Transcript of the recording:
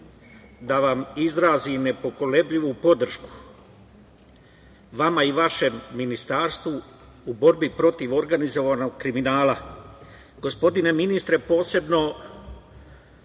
da vam izrazim nepokolebljivu podršku vama i vašem ministarstvu u borbi protiv organizovanog kriminala. Gospodine ministre, posebno